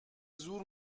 زور